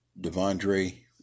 Devondre